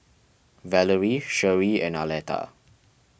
Valerie Sherie and Arletta